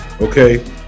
okay